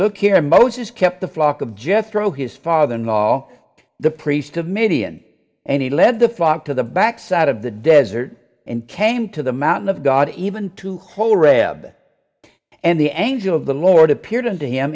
look here moses kept the flock of jethro his father in law the priest of midian and he led the flock to the back side of the desert and came to the mountain of god even two whole reb and the angel of the lord appeared to him